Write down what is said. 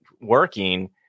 working